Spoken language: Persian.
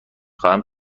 خواهم